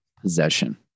possession